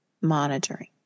Monitoring